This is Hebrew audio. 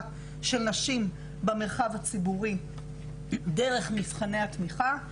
של נשים במרחב הציבורי דרך מבחני התמיכה.